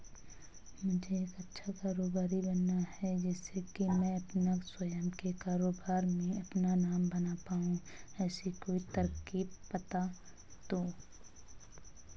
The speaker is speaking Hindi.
मुझे एक अच्छा कारोबारी बनना है जिससे कि मैं अपना स्वयं के कारोबार में अपना नाम बना पाऊं ऐसी कोई तरकीब पता दो?